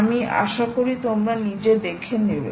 আমি আশা করি তোমরা নিজে দেখে নেবে